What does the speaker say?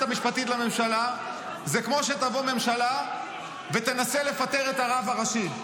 המשפטית לממשלה זה כמו שתבוא ממשלה ותנסה לפטר את הרב הראשי.